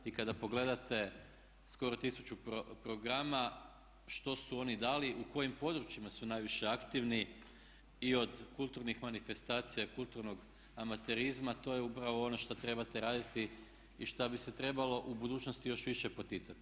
I kada pogledate skoro 1000 programa što su oni dali, u kojim područjima su najviše aktivni i od kulturnih manifestacija, kulturnog amaterizma to je upravo ono što trebate raditi i šta bi se trebalo u budućnosti još više poticati.